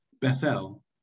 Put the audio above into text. Bethel